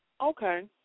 Okay